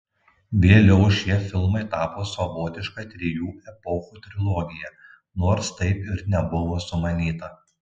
vėliau šie filmai tapo savotiška trijų epochų trilogija nors taip ir nebuvo sumanyta